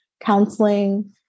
counseling